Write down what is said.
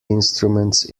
instruments